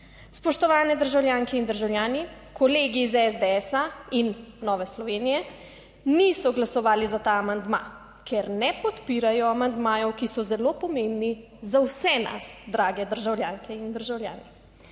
Spoštovane državljanke in državljani, kolegi iz SDS in Nove Slovenije niso glasovali za ta amandma, ker ne podpirajo amandmajev, ki so zelo pomembni za vse nas, drage državljanke in državljani.